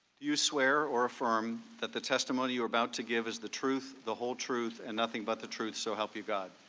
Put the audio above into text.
you swear or affirm the testimony you're about to give is the truth, the whole truth, and nothing but the truth, so help you god?